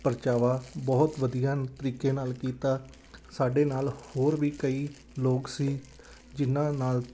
ਪਰਚਾਵਾ ਬਹੁਤ ਵਧੀਆ ਤਰੀਕੇ ਨਾਲ ਕੀਤਾ ਸਾਡੇ ਨਾਲ ਹੋਰ ਵੀ ਕਈ ਲੋਕ ਸੀ ਜਿਨ੍ਹਾਂ ਨਾਲ